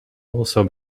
also